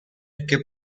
che